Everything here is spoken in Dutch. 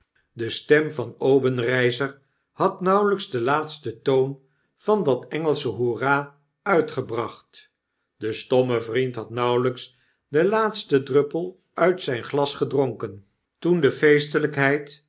de stem van obenreizer had nauwelps den laatsten toon van dat engelsche hoera uitgebracht de stomme vriend had nauwelps den laatsten druppel uit zijn glas gedronken toen de